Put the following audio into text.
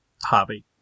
hobby